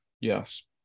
Yes